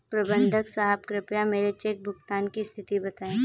प्रबंधक साहब कृपया मेरे चेक भुगतान की स्थिति बताएं